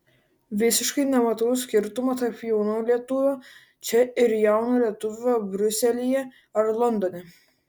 visiškai nematau skirtumo tarp jauno lietuvio čia ir jauno lietuvio briuselyje ar londone